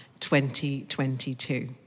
2022